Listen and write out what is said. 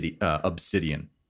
obsidian